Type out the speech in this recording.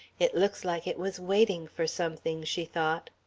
it looks like it was waiting for something, she thought.